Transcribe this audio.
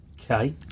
Okay